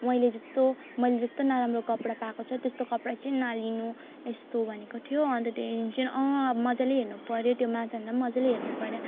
मैले जस्तो मैले जस्तो नराम्रो कपडा पाएको छ त्यस्तो कपडा चाहिँ नलिनु यस्तो भनेको थियो अनि त त्यहाँदेखिन् चाहिँ अँ मजाले हेर्नुपर्यो त्यो महाजनलाई नि मजाले हेर्नुपर्यो